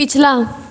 ਪਿਛਲਾ